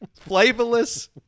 flavorless